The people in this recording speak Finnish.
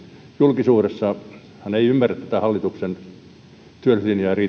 julkisuudessahan ei ymmärretä tätä hallituksen työllisyyslinjaa riittävästi sitä ehkä vähän